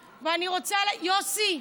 יוסי,